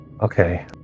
Okay